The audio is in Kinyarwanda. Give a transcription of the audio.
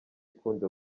ikunze